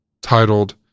titled